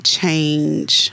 change